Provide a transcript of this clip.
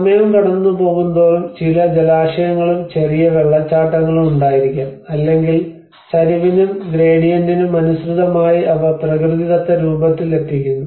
സമയം കടന്നുപോകുന്തോറും ചില ജലാശയങ്ങളും ചെറിയ വെള്ളച്ചാട്ടങ്ങളും ഉണ്ടായിരിക്കാം അല്ലെങ്കിൽ ചരിവിനും ഗ്രേഡിയന്റിനും അനുസൃതമായി അവ പ്രകൃതിദത്ത രൂപത്തിൽ എത്തിക്കുന്നു